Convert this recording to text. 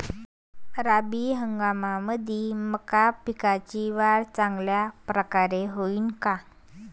रब्बी हंगामामंदी मका पिकाची वाढ चांगल्या परकारे होईन का?